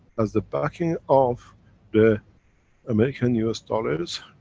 as the backing of the american us dollars,